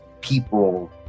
people